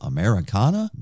Americana